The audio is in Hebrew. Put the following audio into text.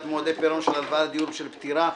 מועדי פירעון של הלוואה לדיור בשל פטירה),